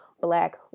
black